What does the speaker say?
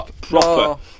Proper